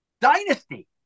dynasty